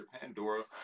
Pandora